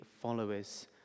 followers